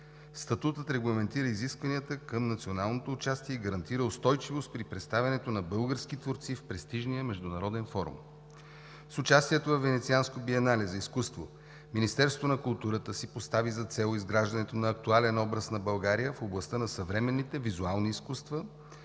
Статутът регламентира изискванията към националното участие и гарантира устойчивост при представянето на български творци в престижния международен форум. С участието във Венецианското биенале за изкуство Министерството на културата си постави за цел изграждането на актуален образ на България в областта на съвременните визуални изкуства,